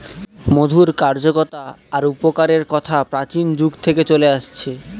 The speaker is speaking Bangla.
মধুর কার্যকতা আর উপকারের কথা প্রাচীন যুগ থেকে চলে আসছে